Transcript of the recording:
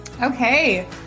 Okay